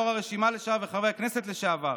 יו"ר הרשימה לשעבר וחבר הכנסת לשעבר,